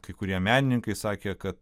kai kurie menininkai sakė kad